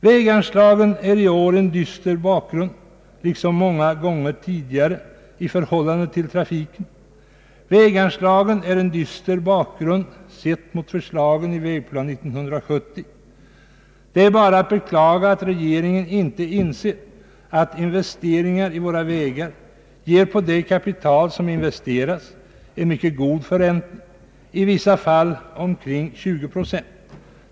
Väganslagen för i år är liksom många gånger tidigare en dyster bakgrund till trafiken, och även sett mot bakgrunden av förslagen i Vägplan 1970. Det är bara att beklaga att regeringen inte har insett att investeringar i våra vägar ger på det kapital som investeras en mycket god förräntning, i vissa fall omkring 20 procent.